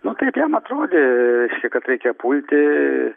nu kaip jam atrodė kad reikia pulti